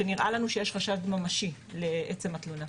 כשנראה לנו שיש חדש ממשי לעצם התלונה.